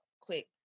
quick